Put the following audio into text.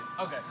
Okay